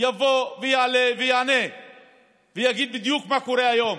יבוא ויעלה ויענה ויגיד בדיוק מה קורה היום,